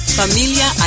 familia